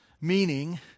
meaning